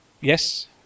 Yes